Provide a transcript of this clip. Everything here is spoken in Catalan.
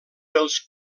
pels